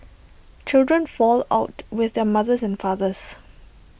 children fall out with their mothers and fathers